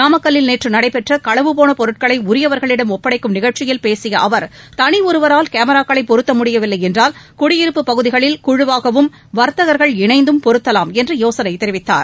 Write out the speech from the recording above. நாமக்கல்லில் நேற்று நடைபெற்ற களவு போன பொருட்களை உரியவர்களிடம் ஒப்படைக்கும் நிகழ்ச்சியில் பேசிய அவர் தனி ஒருவரால் கேமராக்களை பொருத்த முடியவில்லை என்றால் குடியிருப்பு பகுதிகளில் குழுவாகவும் வர்த்தகர்கள் இணைந்தும் பொருத்தவாம் என்று யோசனை தெரிவித்தார்